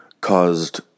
caused